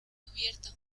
cubierta